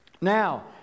Now